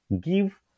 give